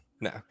No